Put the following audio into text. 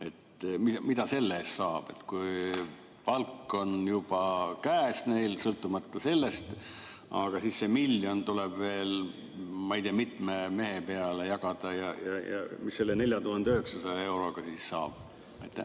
mida selle eest saab? Kui palk on juba käes neil sellest sõltumata, siis see miljon tuleb veel, ma ei tea, mitme mehe peale jagada? Ja mis selle 4900 euroga siis saab? Jaa,